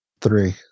Three